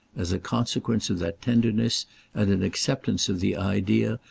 as a consequence of that tenderness and an acceptance of the idea,